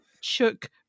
Chook